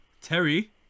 Terry